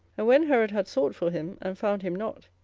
when herod had sought for him, and found him not,